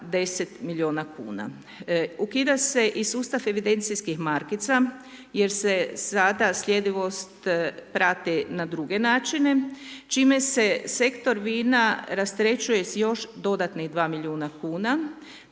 10 milijuna kuna. Ukida se i sustav evidencijskih markica jer se sada slijedivost prati na druge načine čime se sektor vina rasterećuje s još dodatnih 2 milijuna kuna.